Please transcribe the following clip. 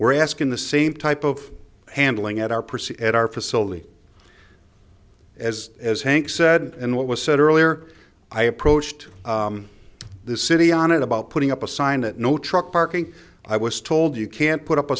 we're asking the same type of handling at our proceed at our facility as as hank said in what was said earlier i approached the city on it about putting up a sign that no truck parking i was told you can't put up a